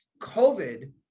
COVID